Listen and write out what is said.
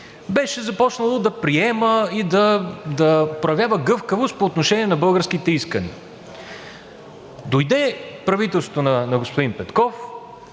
беше започнало да приема и да проявява гъвкавост по отношение на българските искания. Дойде правителството на господин Петков